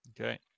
Okay